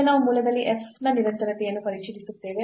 ಈಗ ನಾವು ಮೂಲದಲ್ಲಿ f ನ ನಿರಂತರತೆಯನ್ನು ಪರಿಶೀಲಿಸುತ್ತೇವೆ